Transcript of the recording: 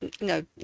No